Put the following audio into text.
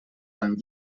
amb